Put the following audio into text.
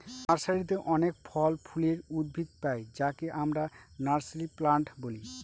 নার্সারিতে অনেক ফল ফুলের উদ্ভিদ পাই যাকে আমরা নার্সারি প্লান্ট বলি